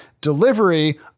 delivery